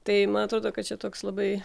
tai man atrodo kad čia toks labai